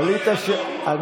אמרתי לך לא.